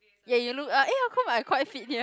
ya you look ah eh how come I quite fit here